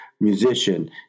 musician